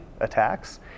attacks